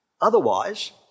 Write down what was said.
Otherwise